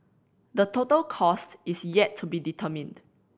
the total cost is yet to be determined